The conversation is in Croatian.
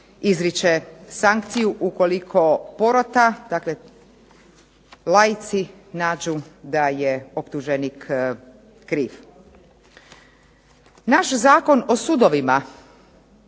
izriče sankciju ukoliko porota, dakle laici nađu da je optuženik kriv. Naš Zakon o sudovima